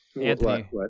Anthony